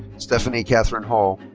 stephanie katherine hall.